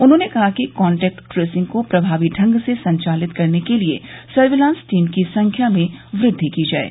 उन्होंने कहा कि काटेक्ट ट्रेसिंग को प्रभावी ढंग से संचालित करने के लिये सर्विलांस टीम की संख्या में वृद्वि की जाये